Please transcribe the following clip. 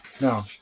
no